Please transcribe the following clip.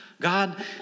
God